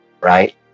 right